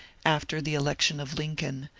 after the election of lincoln,